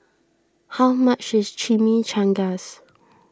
how much is Chimichangas